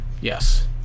Yes